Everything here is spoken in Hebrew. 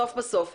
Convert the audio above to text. בסוף בסוף,